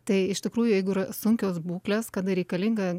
tai iš tikrųjų jeigu yra sunkios būklės kada reikalinga